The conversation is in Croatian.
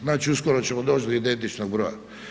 Znači uskoro ćemo doći do identičnog broja.